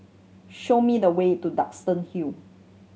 show me the way to Duxton Hill